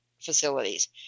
facilities